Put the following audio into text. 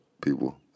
people